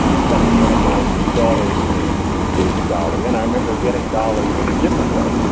it's funny. one of my daughter's name is dolly, and i remember getting dolly in a different way.